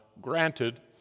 granted